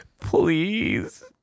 Please